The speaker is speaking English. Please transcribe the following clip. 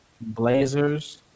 Blazers